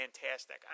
fantastic